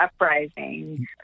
uprising